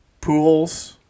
pools